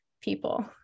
people